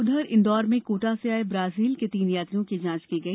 उधर इंदौर में कोटा से आए ब्राजील के तीन यात्रियों की जांच की गई